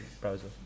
browser